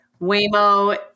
Waymo